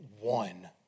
one